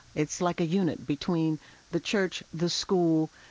it's like a unit between the church, the school,